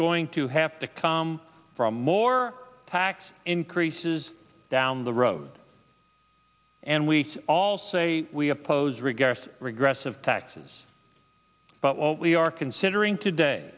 going to have to come from more tax increases down the road and we all say we oppose rigorous regressive taxes but what we are considering today